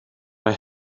mae